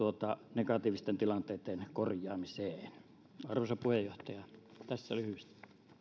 negatiivisten tilanteitten korjaamiseen arvoisa puheenjohtaja tässä lyhyesti